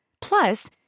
Plus